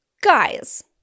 guys